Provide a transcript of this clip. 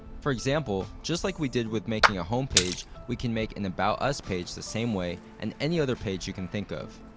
for example, just like we did with making a home page, we can make an about us page the same way, and any other page you can think of.